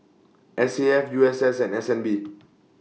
S A F U S S and S N B